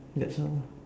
that's all lah